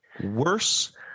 worse